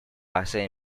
base